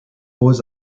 was